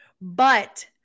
But-